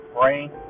Brain